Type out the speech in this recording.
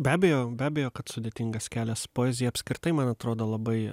be abejo be abejo kad sudėtingas kelias poezija apskritai man atrodo labai